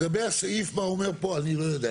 לגבי הסעיף מה הוא אומר פה אני לא יודע.